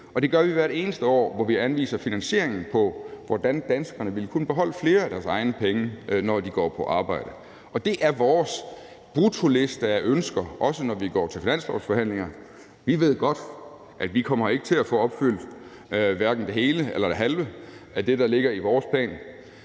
det gør vi hvert eneste år, når vi anviser finansieringen på, hvordan danskerne ville kunne beholde flere af deres egne penge, når de går på arbejde. Og det er vores bruttoliste af ønsker, også når vi går til finanslovsforhandlinger. Vi ved godt, at vi ikke kommer til at få opfyldt hverken det hele eller det halve af det, der ligger i vores plan,